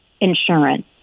insurance